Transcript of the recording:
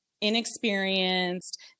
inexperienced